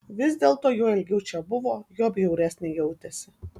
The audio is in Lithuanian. vis dėlto juo ilgiau čia buvo juo bjauresnė jautėsi